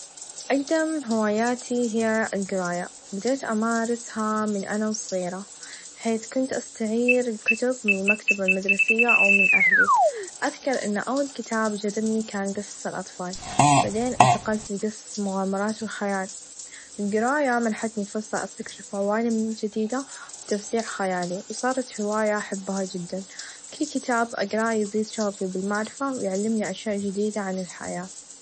اقدم هواياتي هى القرايه بدأت امارسها من انا وصغيره حيث كنت استعير الكتب من المكتبه المدرسيه او من اهلي اذكر ان اول كتاب چذبني كان قصص الاطفال بعدين انتقلت ل قصص المغامرات و الخيال القرايه منحتني فرصه استكشف چوانب مني چديده و توسيع خيالي و صارت هوايه احبها چدا كل كتاب أقراه يزيد شوقي بالمعرفه و يعلمني اشياء چديده عن الحياه.